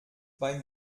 beim